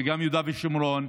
וגם יהודה ושומרון.